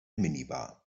minibar